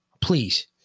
please